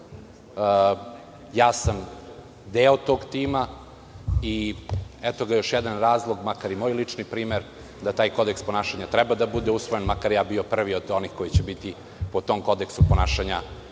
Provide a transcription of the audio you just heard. Ja sam deo tog tima i eto ga još jedan razlog, makar i moj lični primer, da taj kodeks ponašanja treba da bude usvojen, makar ja bio prvi od onih koji će biti po tom kodeksu ponašanja